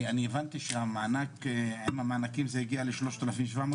הבנתי שעם המענקים זה הגיע ל-3,700,